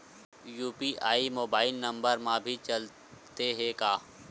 UPI mobile number मा भी चलते हे का?